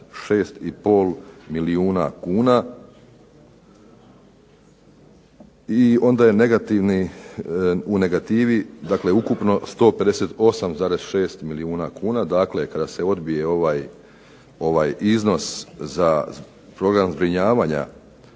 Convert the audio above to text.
146,5 milijuna kuna. I onda je negativno dakle u negativi ukupno 158,6 milijuna kuna. Dakle, kada se odbije ovaj iznos za program zbrinjavanja